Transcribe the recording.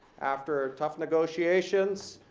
after tough negotiations,